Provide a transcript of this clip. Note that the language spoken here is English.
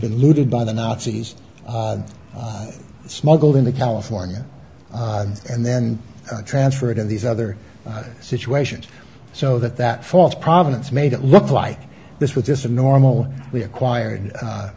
been looted by the nazis smuggled into california and then transferred in these other situations so that that false provenance made it look like this was just a normal we acquired a